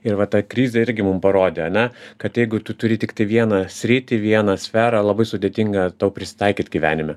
ir va ta krizė irgi mum parodė ane kad jeigu tu turi tiktai vieną sritį vieną sferą labai sudėtinga tau prisitaikyt gyvenime